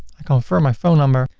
i confirm my phone number.